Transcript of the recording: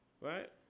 Right